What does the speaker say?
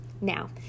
Now